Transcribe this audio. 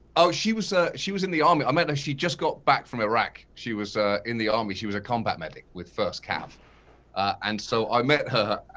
oh she was ah she was in the army. i met her, and she just got back from iraq, she was in the army, she was a combat medic with first cav and so i met her